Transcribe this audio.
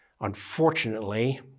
Unfortunately